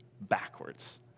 backwards